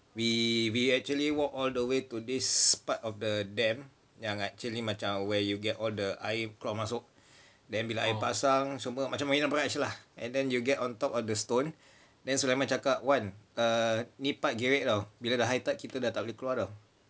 we we actually walk all the way to this part of the dam ya actually macam where you get all the air keluar masuk then bila air pasang semua macam marina barrage lah and then you get on top of the stone then sulaiman cakap wan err ni part gerek [tau] bila high tide kita tak boleh keluar [tau]